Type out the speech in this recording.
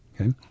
okay